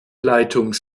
leitung